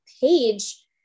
page